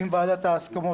אם ועדת ההסכמות,